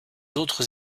autres